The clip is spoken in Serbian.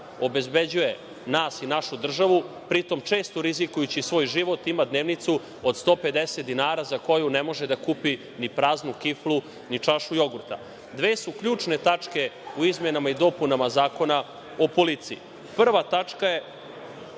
obezbeđuje nas i našu državu, pri tom, čestu rizikujući svoj život ima dnevnicu od 150 dinara za koju ne može da kupi ni praznu kiflu, ni čašu jogurta. Dve su ključne tačke u izmenama i dopunama Zakona o policiji. Prva tačka je